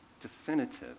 definitive